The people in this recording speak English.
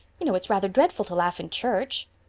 you know it's rather dreadful to laugh in church.